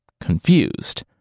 confused